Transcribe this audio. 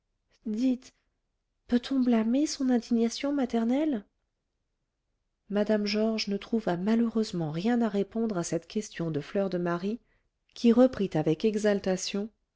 peut-on blâmer son indignation maternelle mme georges ne trouva malheureusement rien à répondre à cette question de fleur de marie qui reprit avec